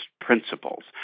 principles